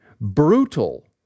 Brutal